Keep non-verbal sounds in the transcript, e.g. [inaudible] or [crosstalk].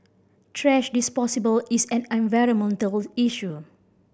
[unintelligible] is an environmental issue